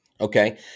Okay